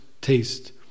taste